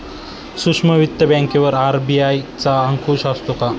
सूक्ष्म वित्त बँकेवर आर.बी.आय चा अंकुश असतो का?